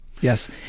yes